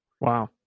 Wow